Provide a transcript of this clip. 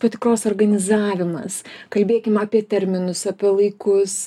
patikros organizavimas kalbėkim apie terminus apie laikus